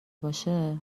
باشه